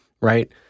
right